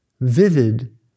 vivid